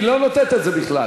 היא לא נותנת את זה בכלל,